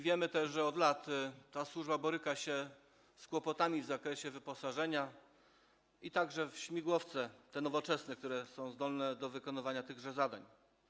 Wiemy też, że od lat ta służba boryka się z kłopotami w zakresie wyposażenia - także w te nowoczesne śmigłowce, które są zdolne do wykonywania tychże zadań.